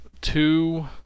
two